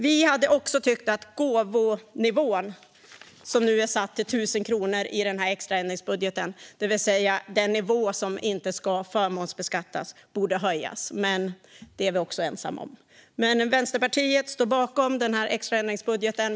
Vi hade också tyckt att gåvonivån, det vill säga nivån som inte ska förmånsbeskattas, som är satt till 1 000 kronor i den extra ändringsbudgeten borde höjas. Men det är vi ensamma om. Vänsterpartiet står bakom den extra ändringsbudgeten.